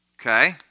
Okay